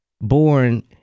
born